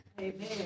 Amen